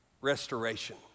restoration